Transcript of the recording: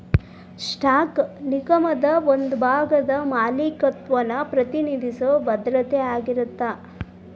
stock ನಿಗಮದ ಒಂದ ಭಾಗದ ಮಾಲೇಕತ್ವನ ಪ್ರತಿನಿಧಿಸೊ ಭದ್ರತೆ ಆಗಿರತ್ತ